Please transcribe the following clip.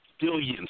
billions